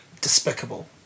despicable